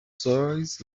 سایز